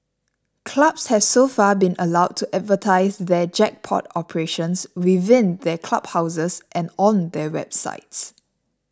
clubs have so far been allowed to advertise their jackpot operations within their clubhouses and on their websites